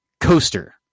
coaster